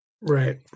right